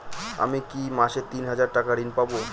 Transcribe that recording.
আমি কি মাসে তিন হাজার টাকার ঋণ পাবো?